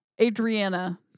Adriana